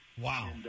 Wow